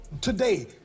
today